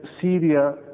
Syria